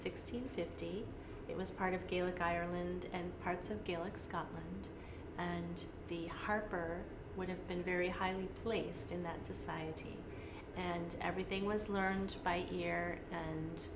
and fifty eight was part of gaelic ireland and parts of gaelic scotland and the harper would have been very highly placed in that society and everything was learned by ear and